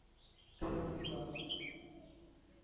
ᱠᱷᱮᱞᱳᱰ ᱦᱩᱭᱩᱜᱼᱟ